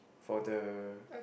for the